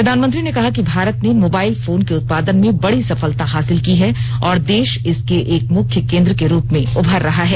प्रधानमंत्री ने कहा कि भारत ने मोबाइल फोन के उत्पादन में बडी सफलता हासिल की है और देश इसके एक मुख्य केन्द्र के रूप में उभर रहा है